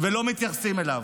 ולא מתייחסים אליו.